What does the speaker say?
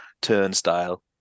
turnstile